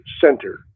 center